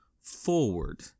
forward